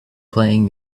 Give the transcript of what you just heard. playing